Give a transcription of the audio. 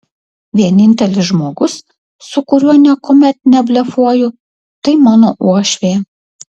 vienintelis žmogus su kuriuo niekuomet neblefuoju tai mano uošvė